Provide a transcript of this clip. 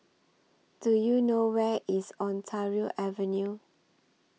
Do YOU know Where IS Ontario Avenue